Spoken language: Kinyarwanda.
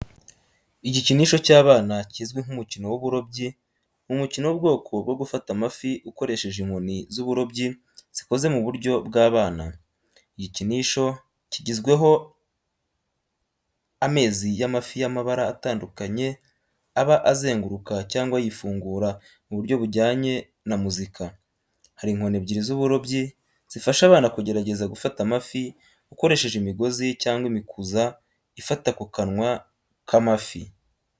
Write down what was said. Igikinisho cy’abana kizwi nk'umukino w'uburobyi ni umukino w’ubwoko bwo gufata amafi ukoresheje inkoni z’uburobyi zikoze mu buryo bw’abana. igikinisho kigizweho amezi y’amafi y’amabara atandukanye aba azenguruka cyangwa yifungura mu buryo bujyanye na muzika. Hari inkoni ebyiri z’uburobyi zifasha abana kugerageza gufata amafi ukoresheje imigozi cyangwa imikuza ifata ku kanwa k’amafi.